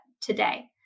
today